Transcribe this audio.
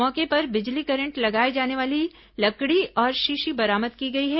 मौके पर बिजली करंट लगाए जाने वाली लकड़ी और शीशी बरामद की गई है